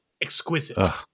exquisite